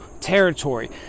territory